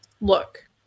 Look